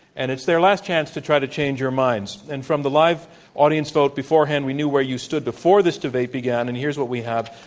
and it's their last chance to try to change your minds. and from the live audience vote beforehand we knew where you stood before this debate and here's what we have.